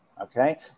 okay